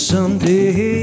Someday